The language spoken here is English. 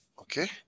okay